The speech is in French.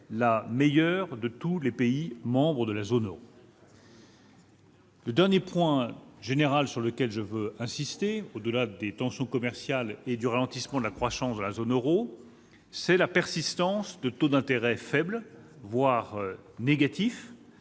la meilleure de tous les pays membres de la zone euro. Le dernier point général sur lequel je veux insister, après avoir évoqué les tensions commerciales et le ralentissement de la croissance dans la zone euro, est la persistance de taux d'intérêt faibles, voire négatifs,